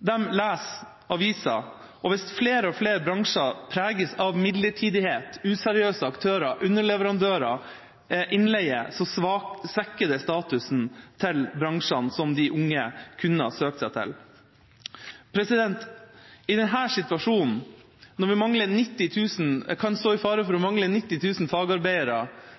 de leser avisa. Hvis flere og flere bransjer preges av midlertidighet, useriøse aktører, underleverandører og innleie, svekker det statusen til bransjene som de unge kunne ha søkt seg til. I denne situasjonen, når vi kan stå i fare for å mangle 90 000 fagarbeidere,